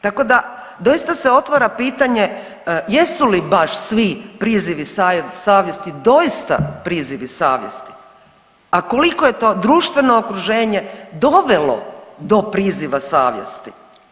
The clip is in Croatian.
Tako da doista se otvara pitanje jesu li baš svi prizivi savjesti doista prizivi savjesti, a koliko je to društveno okruženje dovelo do priziva savjesti.